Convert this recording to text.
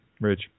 Rich